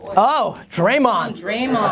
oh, draymond. draymond.